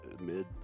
mid